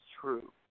true